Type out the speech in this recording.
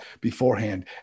beforehand